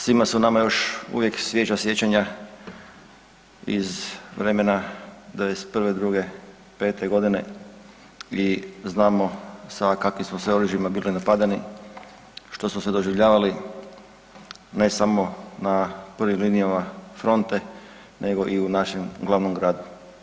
Svima su nama još uvijek svježa sjećanja iz vremena 91., 2., 5. godine i znamo sa kakvim smo sve oružjima bili napadani, što smo sve doživljavali ne samo na prvim linijama fronte, nego i u našem glavnom gradu.